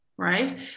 right